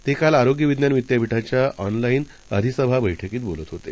ते काल आरोग्य विज्ञान विद्यापीठाच्या एनलाईन अधिसभा बैठकीतबोलत होते